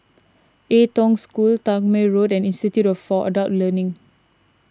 Ai Tong School Tangmere Road and Institute for Adult Learning